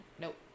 Nope